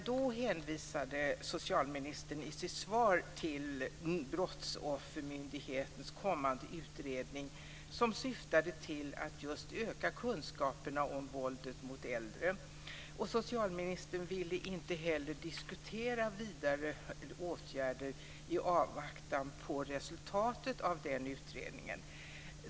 Då hänvisade socialministern i sitt svar till Brottsoffermyndighetens kommande utredning, som syftade till att just öka kunskaperna om våldet mot äldre. Socialministern ville i avvaktan på resultatet av den utredningen inte heller diskutera vidare åtgärder.